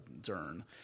Dern